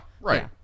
right